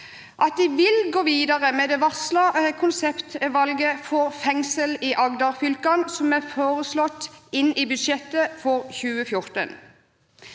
at den vil gå videre med det varslede konseptvalget for fengsel i Agder-fylkene, som er foreslått i budsjettet for 2014.